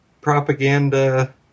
propaganda